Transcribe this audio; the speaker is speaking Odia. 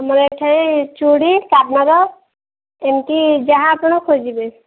ଆମର ଏଠାରେ ଚୁଡ଼ି କାନର ଏମିତି ଯାହା ଆପଣ ଖୋଜିବେ